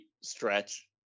stretch